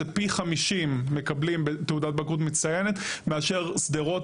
זה פי 50 מקבלים תעודת בגרות מצטיינת מאשר שדרות,